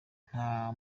nta